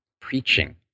preaching